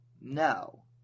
No